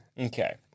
Okay